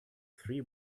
three